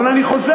אבל אני חוזר,